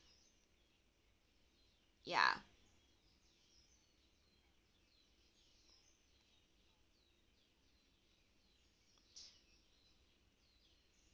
ya